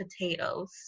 potatoes